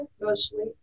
mostly